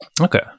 okay